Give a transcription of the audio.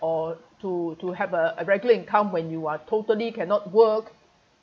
or to to have a a regular income when you are totally cannot work